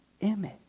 image